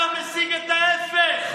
אתה משיג את ההפך,